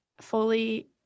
fully